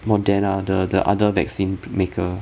moderna the the other vaccine maker